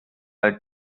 bald